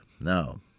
Now